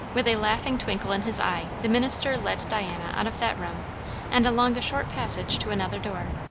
with a laughing twinkle in his eye the minister led diana out of that room and along a short passage to another door.